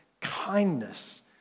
kindness